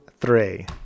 three